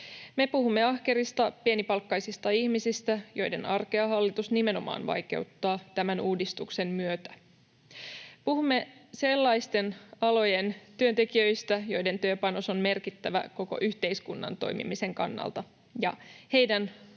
Me puhumme ahkerista, pienipalkkaisista ihmisistä, joiden arkea hallitus nimenomaan vaikeuttaa tämän uudistuksen myötä. Puhumme sellaisten alojen työntekijöistä, joiden työpanos on merkittävä koko yhteiskunnan toimimisen kannalta. Jos heidän